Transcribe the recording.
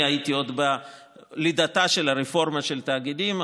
ואני הייתי עוד בלידתה של הרפורמה של התאגידים,